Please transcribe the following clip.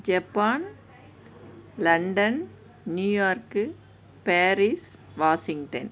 Japan London New York Paris Washington